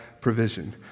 provision